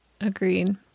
Agreed